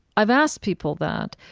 i've asked people that.